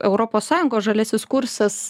europos sąjungos žaliasis kursas